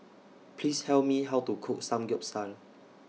Please Tell Me How to Cook Samgeyopsal